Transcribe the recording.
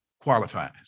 qualifies